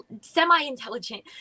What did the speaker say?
semi-intelligent